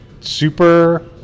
super